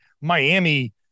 Miami